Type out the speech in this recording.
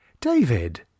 David